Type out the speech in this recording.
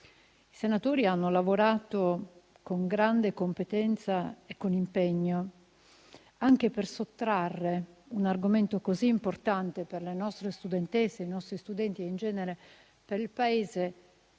I senatori hanno lavorato con grande competenza e con impegno, anche per sottrarre un argomento così importante per le nostre studentesse, per i nostri studenti e ancor più in generale per il Paese